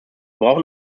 brauchen